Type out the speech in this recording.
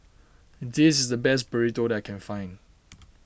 this is the best Burrito that I can find